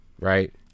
Right